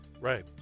Right